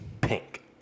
pink